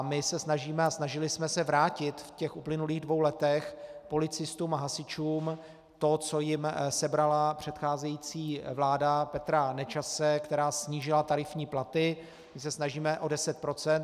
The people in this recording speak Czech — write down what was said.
My se snažíme a snažili jsme se vrátit v uplynulých dvou letech policistům a hasičům to, co jim sebrala předcházející vláda Petra Nečase, která snížila tarifní platy o 10 %.